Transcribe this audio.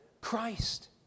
Christ